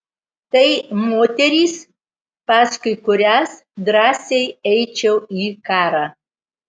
tai moterys paskui kurias drąsiai eičiau į karą